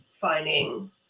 finding